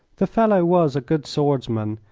the fellow was a good swordsman,